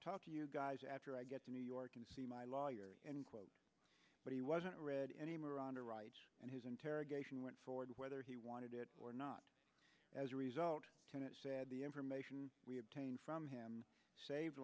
talk to you guys after i get to new york and see my lawyer in court but he wasn't read any miranda rights and his interrogation went forward whether he wanted it or not as a result tenet said the information we obtained from him save